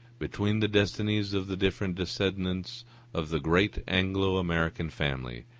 between the destinies of the different descendants of the great anglo-american family,